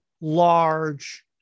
large